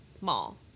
mall